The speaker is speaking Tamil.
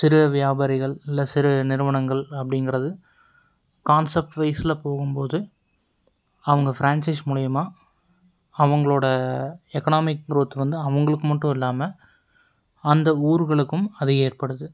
சிறு வியாபாரிகள் இல்லை சிறு நிறுவனங்கள் அப்படிங்கிறது கான்சஃப்ட்வைஸில் போகும்போது அவங்க ஃப்ரான்சைஸ் மூலயமா அவங்களோட எக்னாமிக் குரோத் வந்து அவங்களுக்கு மட்டும் இல்லாமல் அந்த ஊர்களுக்கும் அது ஏற்படுது